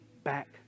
Back